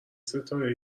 ستاره